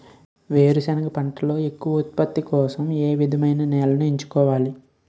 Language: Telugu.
వేరుసెనగ పంటలో ఎక్కువ ఉత్పత్తి కోసం ఏ విధమైన నేలను ఎంచుకోవాలి?